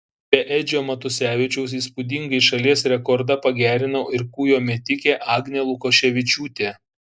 be edžio matusevičiaus įspūdingai šalies rekordą pagerino ir kūjo metikė agnė lukoševičiūtė